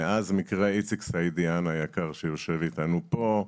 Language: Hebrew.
מאז מקרה איציק סעידיאן היקר שיושב אתנו פה,